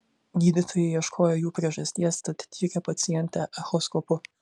gydytojai ieškojo jų priežasties tad tyrė pacientę echoskopu